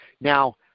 Now